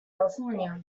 california